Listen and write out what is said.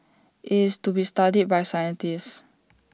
IT is to be studied by scientists